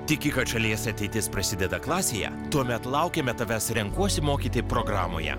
tiki kad šalies ateitis prasideda klasėje tuomet laukiame tavęs renkuosi mokyti programoje